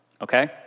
okay